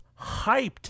hyped